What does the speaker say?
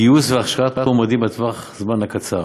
גיוס והכשרה של מועמדים בטווח זמן קצר.